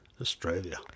Australia